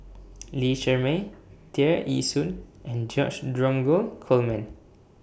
Lee Shermay Tear Ee Soon and George Dromgold Coleman